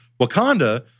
Wakanda